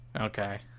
Okay